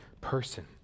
person